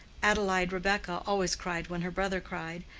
adelaide rebekah always cried when her brother cried,